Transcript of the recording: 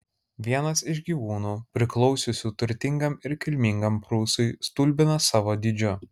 vienas iš gyvūnų priklausiusių turtingam ir kilmingam prūsui stulbina savo dydžiu